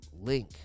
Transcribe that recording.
link